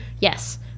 yes